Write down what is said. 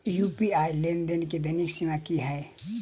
UPI लेनदेन केँ दैनिक सीमा की है?